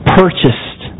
purchased